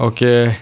Okay